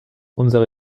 unsere